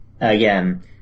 again